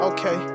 Okay